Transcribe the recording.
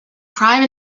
crime